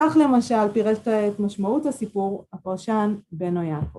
כך, למשל, פירש את ה... את משמעות הסיפור, הפרשן בנו יעקב.